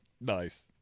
Nice